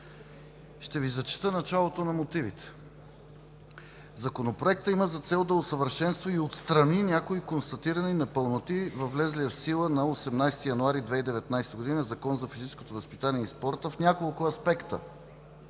Ще Ви зачета началото на мотивите: „Законопроектът има за цел да усъвършенства и отстрани някои констатирани непълноти във влезлия в сила на 18 януари 2019 г. Закон за физическото възпитание и спорта в няколко аспекта: